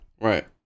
Right